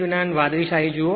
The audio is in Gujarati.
829 વાદળી શાહી જુઓ